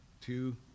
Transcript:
two